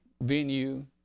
venue